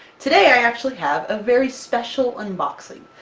today i actually have a very special unboxing!